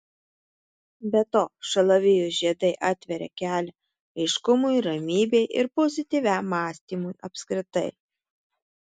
be to šalavijų žiedai atveria kelią aiškumui ramybei ir pozityviam mąstymui apskritai